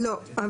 לא.